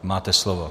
Máte slovo.